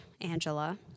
Angela